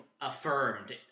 affirmed